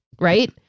right